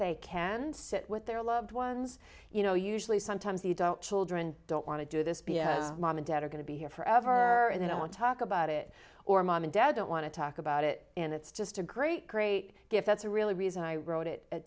they can sit with their loved ones you know usually sometimes the adult children don't want to do this because mom and dad are going to be here forever and they don't want to talk about it or mom and dad don't want to talk about it and it's just a great great gift that's a really reason i wrote it